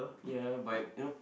ya but you know